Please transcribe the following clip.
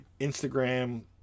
Instagram